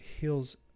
heals